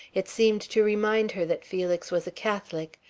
it seemed to remind her that felix was a catholic.